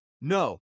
No